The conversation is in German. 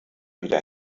wieder